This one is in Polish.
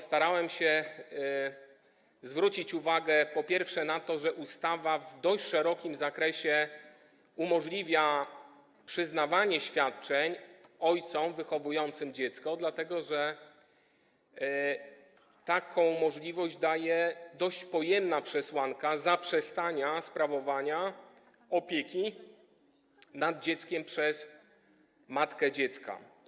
Starałem się zwrócić uwagę, po pierwsze, na to, że ustawa w dość szerokim zakresie umożliwia przyznawanie świadczeń ojcom wychowującym dzieci, dlatego że taką możliwość daje dość pojemna przesłanka zaprzestania sprawowania opieki nad dzieckiem przez matkę dziecka.